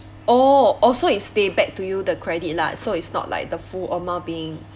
oh oh so is pay back to you the credit lah so it's not like the full amount being